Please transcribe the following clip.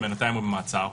ובינתיים הוא במעצר,